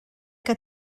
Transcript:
que